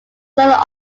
son